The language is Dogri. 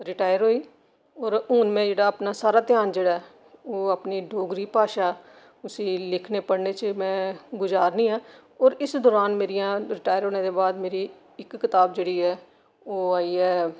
ते हून में अपना सारा ध्यान जेह्ड़ा ऐ ओह् अपनी डोगरी भाशा च लिखने पढ़ने च में गुजारनियां ओर इस दौरान मेरी रिटायर होने दे बाद मेरी इक कताब जेह्ड़ी ऐ ओह् आई ऐ